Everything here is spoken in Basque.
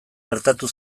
gertatu